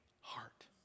heart